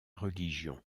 religion